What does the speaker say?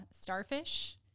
Starfish